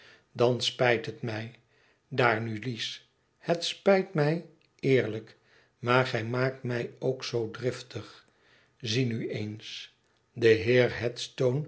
dan spijt het mij daar nu lies het spijt mij eerlijk maar gij maakt mij ook zoo driftig zie nu eens de